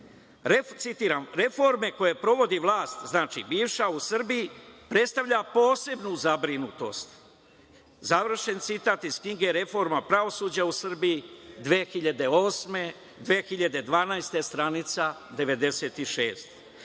„Reforme koje provodi vlast“, znači bivša „u Srbiji predstavlja posebnu zabrinutost“, završen citat iz knjige „Reforma pravosuđa u Srbiji 2008 – 2012“, stranica 96.